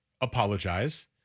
Apologize